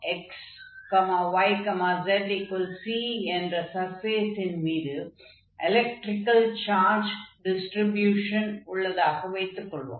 fxyzC என்ற சர்ஃபேஸின் மீது எலெக்ட்ரிகல் சார்ஜ் டிஸ்ட்ரிப்யுஷன் உள்ளதாக வைத்துக் கொள்வோம்